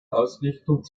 ausrichtung